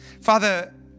Father